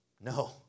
No